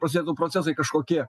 prasidėtų procesai kažkokie